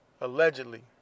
allegedly